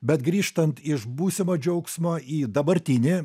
bet grįžtant iš būsimo džiaugsmo į dabartinį